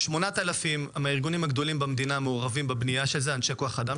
8,000 אנשי כוח אדם מהארגונים הגדולים במדינה היו מעורבים בבנייה של זה.